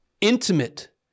intimate